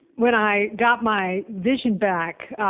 when i got my vision back,